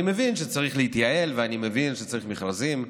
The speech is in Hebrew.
אני מבין שצריך להתייעל ואני מבין שצריך מכרזים,